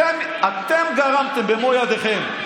אתם גרמתם במו ידיכם.